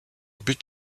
but